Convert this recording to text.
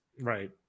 Right